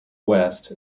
west